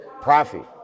profit